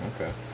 Okay